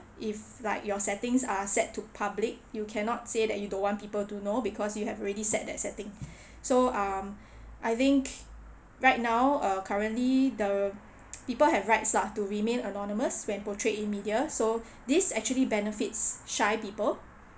if like your settings are set to public you cannot say that you don't want people to know because you have already set that setting so um I think right now uh currently the people have rights lah to remain anonymous when portrayed in media so this actually benefits shy people